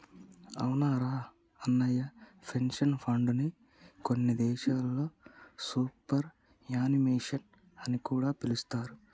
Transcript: అవునురా అన్నయ్య పెన్షన్ ఫండ్ని కొన్ని దేశాల్లో సూపర్ యాన్యుమేషన్ అని కూడా పిలుస్తారు